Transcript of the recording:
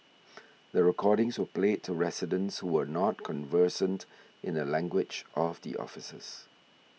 the recordings were played to residents who were not conversant in the language of the officers